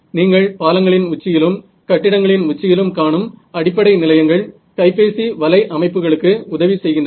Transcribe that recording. நீங்கள் பாலங்களின் உச்சியிலும் கட்டிடங்களின் உச்சியிலும் காணும் அடிப்படை நிலையங்கள் கைப்பேசி வலை அமைப்புகளுக்கு உதவி செய்கின்றன